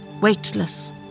weightless